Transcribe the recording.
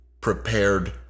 prepared